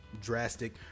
drastic